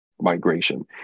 migration